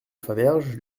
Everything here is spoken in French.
faverges